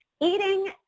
Eating